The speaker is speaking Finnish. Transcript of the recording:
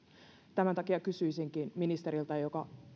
tämän takia kysyisinkin ministeriltä joka